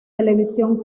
televisión